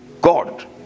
God